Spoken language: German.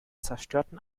zerstörten